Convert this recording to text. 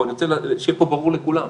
אני רוצה שיהיה ברור לכולם,